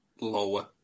Lower